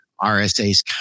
RSAs